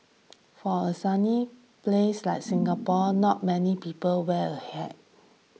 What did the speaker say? for a sunny place like Singapore not many people wear a hat